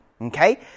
Okay